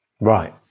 Right